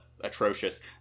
atrocious